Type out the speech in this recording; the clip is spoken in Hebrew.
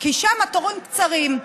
כי שם התורים קצרים.